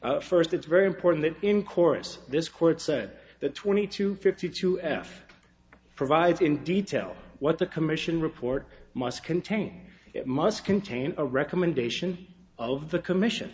e first it's very important that in course this court said that twenty two fifty two f provides in detail what the commission report must contain it must contain a recommendation of the commission